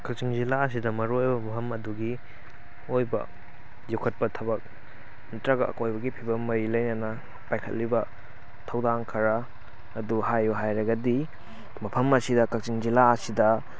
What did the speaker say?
ꯀꯛꯆꯤꯡ ꯖꯤꯂꯥ ꯑꯁꯤꯗ ꯃꯔꯨꯑꯣꯏꯕ ꯃꯐꯝ ꯑꯗꯨꯒꯤ ꯑꯣꯏꯕ ꯌꯣꯛꯈꯠꯄ ꯊꯕꯛ ꯅꯠꯇ꯭ꯔꯒ ꯑꯀꯣꯏꯕꯒꯤ ꯐꯤꯕꯝ ꯃꯔꯤ ꯂꯩꯅꯅ ꯄꯥꯏꯈꯠꯂꯤꯕ ꯊꯧꯗꯥꯡ ꯈꯔ ꯑꯗꯨ ꯍꯥꯏꯌꯨ ꯍꯥꯏꯔꯒꯗꯤ ꯃꯐꯝ ꯑꯁꯤꯗ ꯀꯛꯆꯤꯡ ꯖꯤꯂꯥ ꯑꯁꯤꯗ